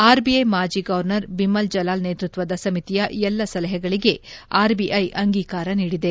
RBI ಮಾಜಿ governor Bimal Jalan ನೇತೃತ್ವದ ಸಮಿತಿಯ ಎಲ್ಲ ಸಲಹೆಗಳಿಗೆ ಆರ್ಬಿಐ ಅಂಗೀಕಾರ ನೀಡಿದೆ